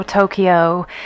Tokyo